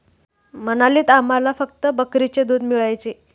मनालीत आम्हाला फक्त बकरीचे दूध मिळायचे